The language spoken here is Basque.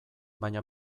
baina